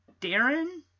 Darren